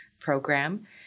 program